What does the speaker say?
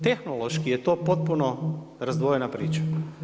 Tehnološki je to potpuno razdvojena priča.